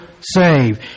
save